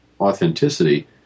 authenticity